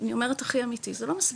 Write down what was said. אני אומרת הכי אמיתי, זה לא מספיק,